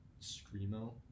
screamo